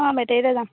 অঁ বেটেৰীতে যাম